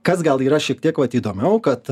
kas gal yra šiek tiek vat įdomiau kad